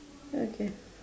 okay